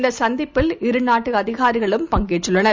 இந்தசந்திப்பில்இருநாட்டுஅதிகாரிகளும்பங்கேற்றுள்ளனர்